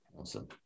Awesome